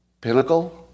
pinnacle